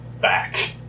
back